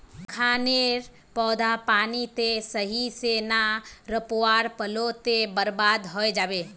मखाने नेर पौधा पानी त सही से ना रोपवा पलो ते बर्बाद होय जाबे